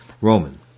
Roman